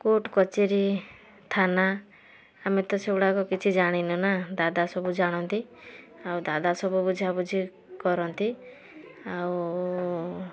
court କଚେରୀ ଥାନା ଆମେ ତ ସେଗୁଡ଼ାକ କିଛି ଜାଣିନୁ ନା ଦାଦା ସବୁ ଜାଣନ୍ତି ଆଉ ଦାଦା ସବୁ ବୁଝା ବୁଝି କରନ୍ତି ଆଉ